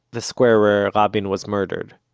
the square where rabin was murdered.